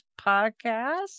podcast